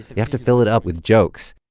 you have to fill it up with jokes